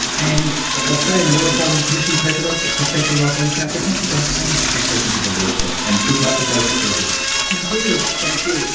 and australian law reform commission president professor rosalind croucher, thank you both so much for speaking to the law report. and good luck with those recruiters. thank you. thank you.